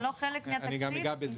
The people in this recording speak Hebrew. זה לא חלק מהתקציב האינטגרלי?